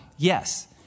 Yes